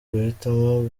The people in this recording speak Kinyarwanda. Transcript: guhitamo